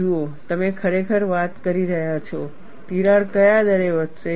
જુઓ તમે ખરેખર વાત કરી રહ્યા છો તિરાડ કયા દરે વધશે